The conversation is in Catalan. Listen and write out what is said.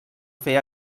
fer